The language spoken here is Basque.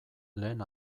lehen